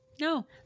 No